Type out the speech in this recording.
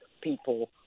people